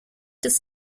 des